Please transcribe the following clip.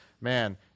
man